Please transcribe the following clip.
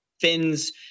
fins